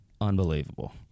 unbelievable